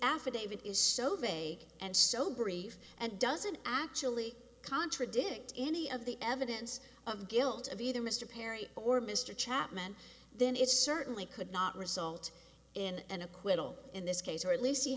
affidavit is so big and so brief and doesn't actually contradict any of the evidence of guilt of either mr perry or mr chapman then it certainly could not result in an acquittal in this case or at least he